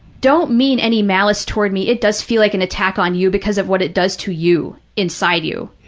don't mean any malice toward me, it does feel like an attack on you because of what it does to you inside you.